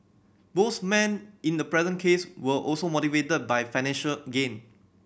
both men in the present case were also motivated by financial gain